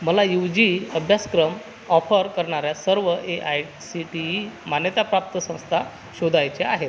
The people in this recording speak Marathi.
मला यूजी अभ्यासक्रम ऑफर करणार्या सर्व A I C T E मान्यताप्राप्त संस्था शोधायच्या आहेत